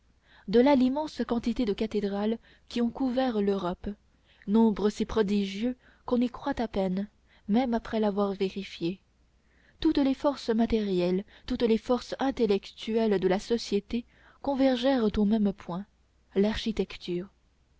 de là l'immense quantité de cathédrales qui ont couvert l'europe nombre si prodigieux qu'on y croit à peine même après l'avoir vérifié toutes les forces matérielles toutes les forces intellectuelles de la société convergèrent au même point l'architecture